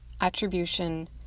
Attribution